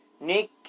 Nick